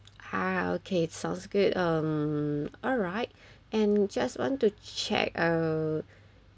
[huh] okay sounds good um alright and just want to check uh